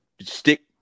Stick